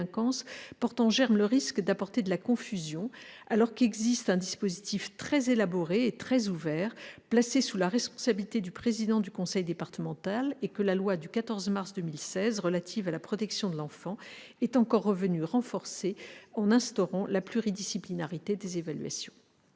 porte en germe le risque d'apporter de la confusion, alors qu'existe un dispositif très élaboré et très ouvert placé sous la responsabilité du président du conseil départemental et que la loi du 14 mars 2016 relative à la protection de l'enfant est encore venue renforcer en instaurant la pluridisciplinarité des évaluations.